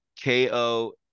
KO